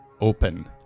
Open